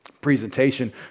presentation